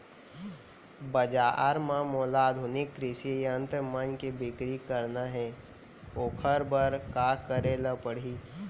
बजार म मोला आधुनिक कृषि यंत्र मन के बिक्री करना हे ओखर बर का करे ल पड़ही?